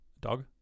dog